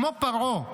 כמו פרעה,